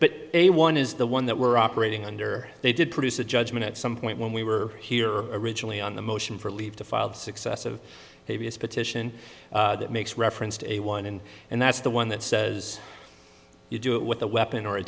but a one is the one that we're operating under they did produce a judgment at some point when we were here originally on the motion for leave to file the successive petition that makes reference to a one in and that's the one that says you do it with a weapon or a